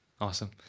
Awesome